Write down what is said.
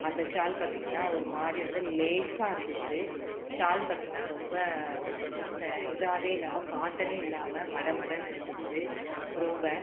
அந்த ஷால் பார்த்திங்கனா ஒரு மாதிரி வந்து லேசாக இருந்துச்சு ஷால் பார்த்திங்கனா ரொம்ப த இதாகவே இல்லாம காட்டனே இல்லாமல் மடமடனு இருந்துச்சு ரொம்ப